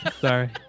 Sorry